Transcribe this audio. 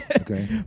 Okay